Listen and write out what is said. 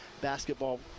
basketball